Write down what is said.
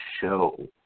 show